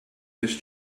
this